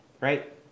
right